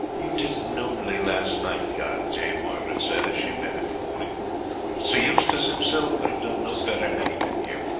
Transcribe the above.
you did nobly last night, guy, dame margaret said as she met him in the morning sir eustace himself could have done no better had he been here.